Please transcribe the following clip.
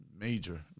major